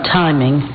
timing